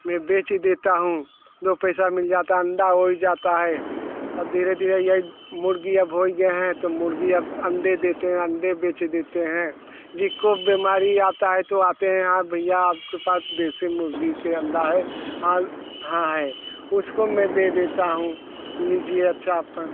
मैं बेच ही देता हूँ दो पैसा मिल जाता अंडा हो ही जाता है और धीरे धीरे ये मुर्गी अब हो गएँ हैं तो मुर्गी अब अंडे देते हैं अंडे बेच देते हैं जिसको बिमारी आती है तो आते हैं हाँ भैया आपके पास देसी मुर्गी के अंडा है आल हाँ है उसको मैं दे देता हूँ लीजिए अच्छा अपन